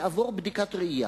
יעבור בדיקת ראייה,